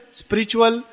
spiritual